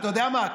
אתה יודע מה,